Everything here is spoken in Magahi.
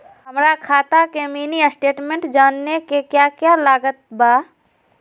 हमरा खाता के मिनी स्टेटमेंट जानने के क्या क्या लागत बा?